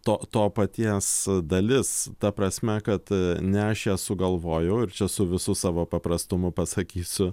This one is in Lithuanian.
to to paties dalis ta prasme kad ne aš ją sugalvojau ir čia su visu savo paprastumu pasakysiu